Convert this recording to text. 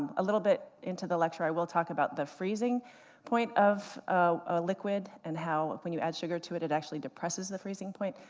ah a little bit into the lecture, i will talk about the freezing point of a liquid, and how when you add sugar to it it actually depresses the freezing point.